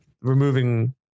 removing